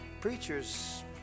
Preachers